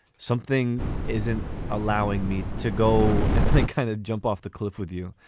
something isn't allowing me to go and like kind of jump off the cliff with you.